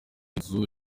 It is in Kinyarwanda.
nzu